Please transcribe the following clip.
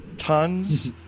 Tons